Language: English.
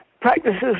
practices